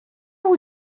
vous